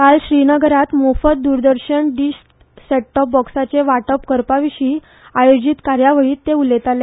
आयज श्रीनगरात मोफत द्रदर्शन डिश सेटटॉप बॉक्साचे वाटप करपाविशी आयोजित कार्यावळीत ते उलयताले